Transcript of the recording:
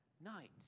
night